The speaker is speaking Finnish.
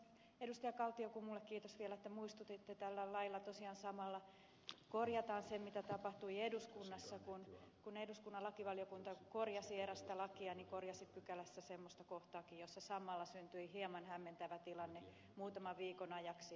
kaltiokummulle kiitos vielä että muistutitte että tällä lailla tosiaan samalla korjataan se epäkohta mikä aiheutui siitä kun eduskunnan lakivaliokunta korjasi erästä lakia ja korjasi pykälässä semmoistakin kohtaa että samalla syntyi hieman hämmentävä tilanne muutaman viikon ajaksi